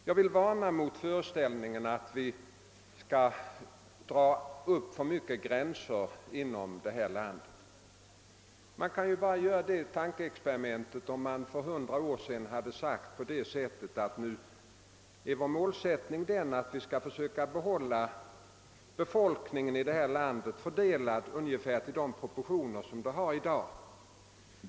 Jag vill varna mot föreställningen att vi skall dra upp för mycket gränser som inte får överskridas inom detta land. Man kan ju bara göra tankeexperimentet att de styrande för hundra år sedan hade sagt att vår målsättning var att försöka behålla befolkningen i landet fördelad enligt de proportioner som finns i dag.